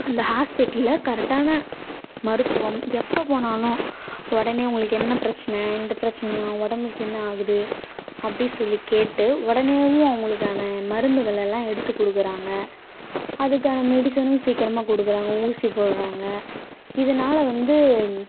அந்த ஹாஸ்பிட்டல்ல கரெக்டான மருத்துவம் எப்போ போனாலும் உடனே உங்களுக்கு என்ன பிரச்சனை இந்த பிரச்சனையாக உடம்புக்கு என்ன ஆகுது அப்படி சொல்லி கேட்டு உடனேவும் அவங்களுக்கான மருந்துகளெல்லாம் எடுத்து கொடுக்கறாங்க அதுக்கான மெடிசனும் சீக்கிரமாக கொடுக்கறாங்க ஊசி போடுறாங்க இதனால வந்து